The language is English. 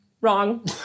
Wrong